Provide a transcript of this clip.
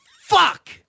fuck